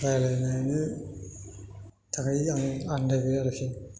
रायज्लायनो थाखाय आं आनदायबाय आरोखि